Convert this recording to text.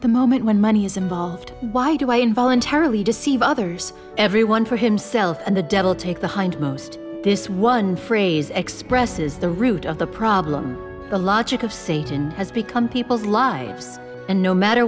the moment when money is involved why do i and voluntarily deceive others everyone for himself and the devil take the hindmost this one phrase expresses the root of the problem the logic of satan has become people's lives and no matter